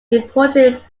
important